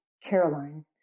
Caroline